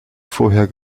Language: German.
vorher